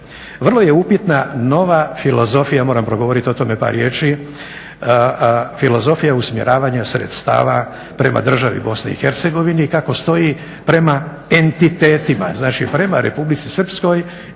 Vrlo je upitna nova filozofija, moram progovoriti o tome par riječi, filozofija usmjeravanja sredstava prema državi Bosni i Hercegovini i kako stoji prema entitetima. Znači prema Republici Srpskoj